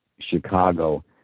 chicago